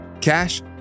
Cash